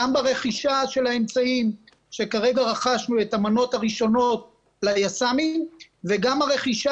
גם ברכישה של האמצעים שכרגע רכשנו את המנות הראשונות ליס"מים וגם הרכישה